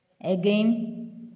Again